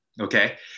Okay